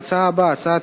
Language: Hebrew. חברי חברי הכנסת,